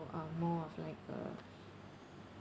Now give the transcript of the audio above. um more of like uh